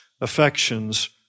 affections